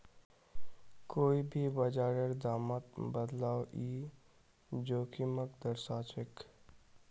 कोई भी बाजारेर दामत बदलाव ई जोखिमक दर्शाछेक